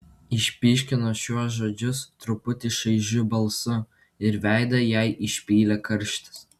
išpyškino šiuos žodžius truputį šaižiu balsu ir veidą jai išpylė karštis